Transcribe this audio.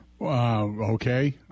Okay